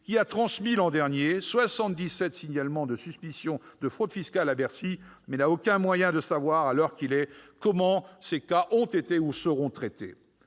qui a transmis, l'an dernier, 77 signalements de suspicion de fraude fiscale à Bercy, mais n'a aucun moyen de savoir à l'heure actuelle comment ces cas graves ont été ou seront traités.